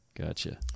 Gotcha